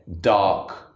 dark